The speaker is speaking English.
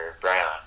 Brown